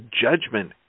Judgment